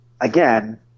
again